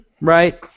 right